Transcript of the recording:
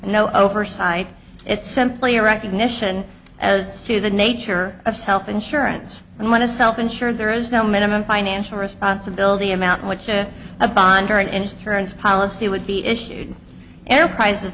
no oversight it's simply a recognition as to the nature of health insurance and when a self insure there is no minimum financial responsibility amount which a bond or an insurance policy would be issued enterprises